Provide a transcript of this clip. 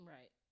Right